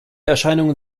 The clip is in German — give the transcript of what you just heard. erscheinungen